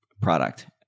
product